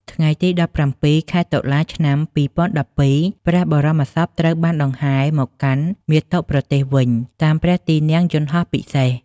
ថ្ងៃទី១៧ ខែតុលា ឆ្នាំ២០១២ ព្រះបរមសពត្រូវបានដង្ហែមកកាន់មាតុប្រទេសវិញ តាមព្រះទីនាំងយន្តហោះពិសេស។